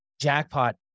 jackpot